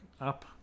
up